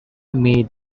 meet